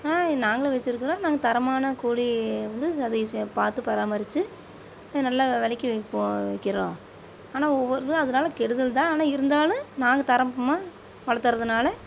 ஆனால் நாங்களும் வெச்சிருக்கிறோம் நாங்கள் தரமான கோழி வந்து அது ஈஸியாக பார்த்து பராமரித்து நல்ல விலைக்கு விற்போம் விற்கிறோம் ஆனால் ஒவ்வொரு தடவை அதனால கெடுதல் தான் ஆனால் இருந்தாலும் நாங்கள் தரமாக வளத்துர்றதனால